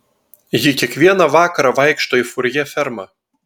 ji kiekvieną vakarą vaikšto į furjė fermą